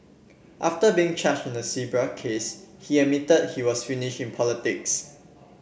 after being charged in the case he admitted that he was finished in politics